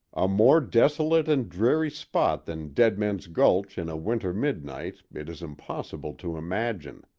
a more desolate and dreary spot than deadman's gulch in a winter midnight it is impossible to imagine.